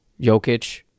Jokic